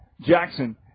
Jackson